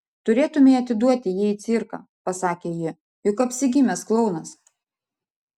turėtumei atiduoti jį į cirką pasakė ji juk apsigimęs klounas